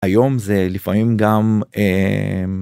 היום זה לפעמים גם...